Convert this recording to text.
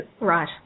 Right